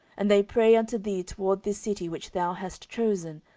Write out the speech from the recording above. and they pray unto thee toward this city which thou hast chosen,